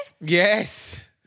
Yes